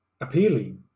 appealing